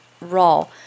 raw